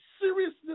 seriousness